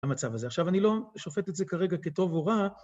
המצב הזה. עכשיו אני לא שופט את זה כרגע כטוב או רע,